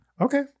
Okay